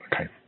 Okay